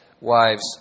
wives